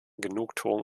genugtuung